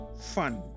fun